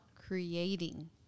creating